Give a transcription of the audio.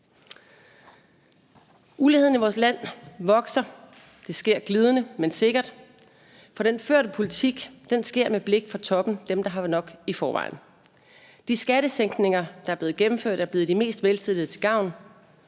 Uligheden i vores land vokser. Det sker glidende, men sikkert, for den førte politik sker med blik for toppen, dem, der har nok i forvejen. De skattesænkninger, der er blevet gennemført, er blevet de mest velstillede til gavn,